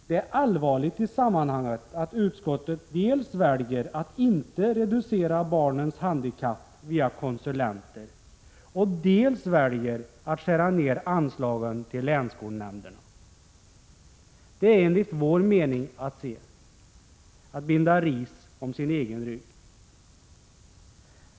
Det är i sammanhanget allvarligt att utskottet dels väljer att inte reducera barnens handikapp via konsulenter, dels väljer att skära ner anslagen till länsskolnämnderna. Detta är enligt vår mening att binda ris åt sin egen rygg.